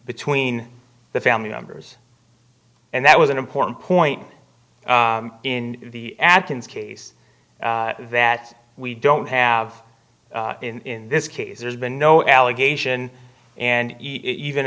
between the family members and that was an important point in the adkins case that we don't have in this case there's been no allegation and even